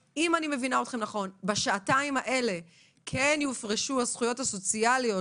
כאשר בשעתיים האלה כן יופרשו הזכויות הסוציאליות,